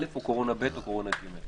אל"ף או קורונה בי"ת, או קורונה גימ"ל